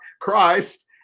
Christ